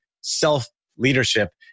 self-leadership